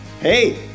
Hey